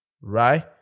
right